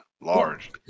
large